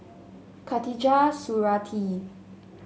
Khatijah Surattee